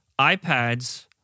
iPads